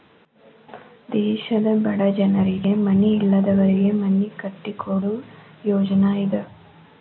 ದೇಶದ ಬಡ ಜನರಿಗೆ ಮನಿ ಇಲ್ಲದವರಿಗೆ ಮನಿ ಕಟ್ಟಿಕೊಡು ಯೋಜ್ನಾ ಇದ